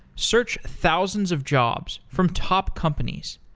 search thousands of jobs from top companies.